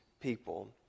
people